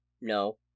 No